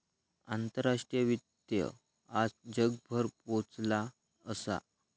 आंतराष्ट्रीय वित्त आज जगभर पोचला असा